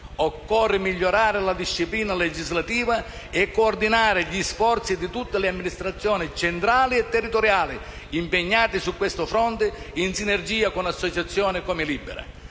Occorre migliorare la disciplina legislativa e coordinare gli sforzi di tutte le amministrazioni centrali e territoriali impegnate su questo fronte, in sinergia con associazioni come Libera.